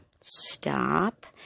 stop